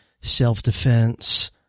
self-defense